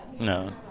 no